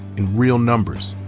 in real numbers.